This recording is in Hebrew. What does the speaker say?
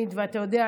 ואתה יודע,